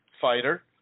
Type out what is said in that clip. Fighter